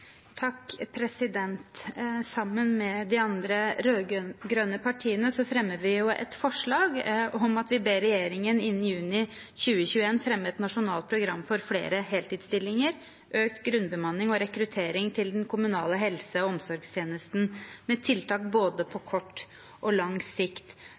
Sammen med de andre rød-grønne partiene fremmer vi et forslag om at vi ber regjeringen innen juni 2021 fremme et nasjonalt program for flere heltidsstillinger, økt grunnbemanning og rekruttering til den kommunale helse- og omsorgstjenesten – med tiltak på både kort og lang sikt.